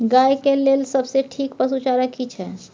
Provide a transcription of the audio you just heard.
गाय के लेल सबसे ठीक पसु चारा की छै?